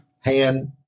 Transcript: hand